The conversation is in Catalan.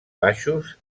baixos